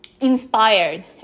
inspired